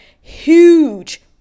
huge